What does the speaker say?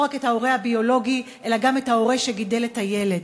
לא רק בהורה הביולוגי אלא גם בהורה שגידל את הילד.